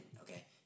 okay